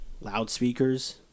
loudspeakers